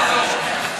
לא יעזור.